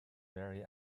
very